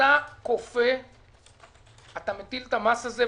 כשאתה כופה אתה מטיל את המס הזה,